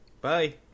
bye